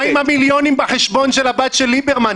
מה עם המיליונים בחשבון של הבת של ליברמן?